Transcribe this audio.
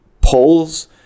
Polls